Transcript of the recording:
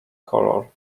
color